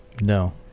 No